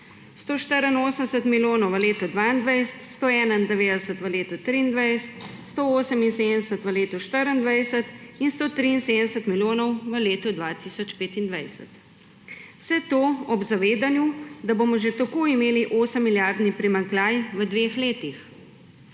184 milijonov v letu 2022, 191 v letu 2023, 178 v letu 2024 in 173 milijonov v letu 2025. Vse to ob zavedanju, da bomo že tako imeli 8-milijardni primanjkljaj v dveh letih.